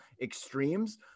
extremes